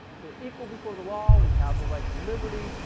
we're equal before the law. we have the right to liberty.